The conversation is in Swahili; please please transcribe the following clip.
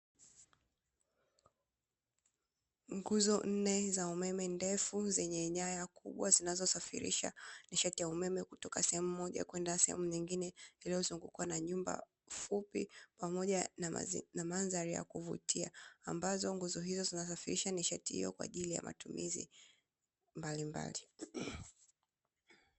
Nguzo nne za umeme ndefu zenye nyaya kubwa zinazosafirisha nishati ya umeme kutoka sehemu moja kwenda sehemu nyingine, iliozungukwa na nyumba fupi pamoja na mandhari ya kuvutia ambazo nguzo hizo zinasafirisha nishati hiyo kwaajili ya matumizi mbalimbali.